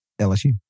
LSU